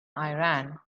iran